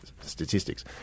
statistics